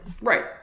right